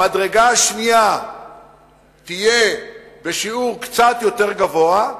המדרגה השנייה תהיה בשיעור קצת יותר גבוה.